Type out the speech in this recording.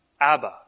Abba